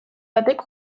batek